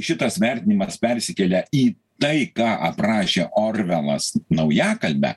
šitas vertinimas persikelia į tai ką aprašė orvelas naujakalbę